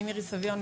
אני מירי סביון,